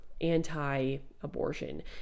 anti-abortion